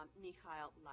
Mikhail